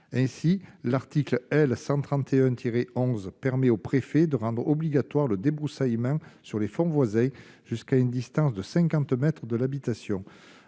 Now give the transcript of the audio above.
ainsi, l'article L 131 tiré 11 permet au préfet de rendre obligatoire le débroussaillement sur les fonds voisin jusqu'à une distance de 50 mètres de l'habitation,